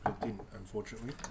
unfortunately